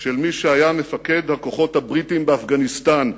של מי שהיה מפקד הכוחות הבריטיים באפגניסטן,